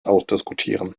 ausdiskutieren